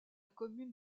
commune